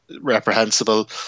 reprehensible